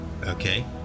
okay